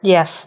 Yes